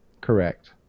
Correct